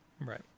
Right